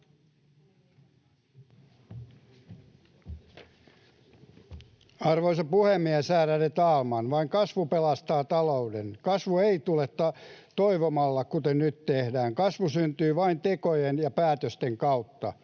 Arvoisa puhemies, ärade talman! Vain kasvu pelastaa talouden. Kasvu ei tule toivomalla, kuten nyt tehdään. Kasvu syntyy vain tekojen ja päätösten kautta.